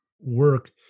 work